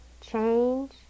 change